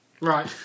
Right